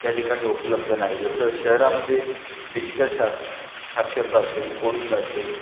त्या ठिकाणी उपलब्ध नाही जसं शहरामध्ये डिजिटल शास साक्षरता असेल कोडिंग असेल